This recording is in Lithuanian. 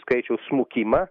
skaičiaus smukimą